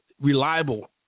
reliable